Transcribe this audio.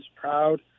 proud